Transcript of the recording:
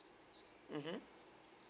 mmhmm